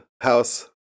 house